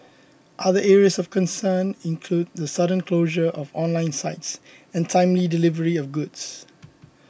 other areas of concern include the sudden closure of online sites and timely delivery of goods